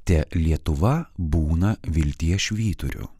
te lietuva būna vilties švyturiu